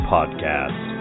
Podcast